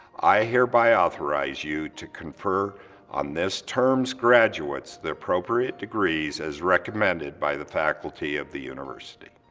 i hereby authorize you to confer on this term's graduates the appropriate degrees as recommended by the faculty of the university.